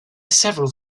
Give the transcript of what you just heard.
several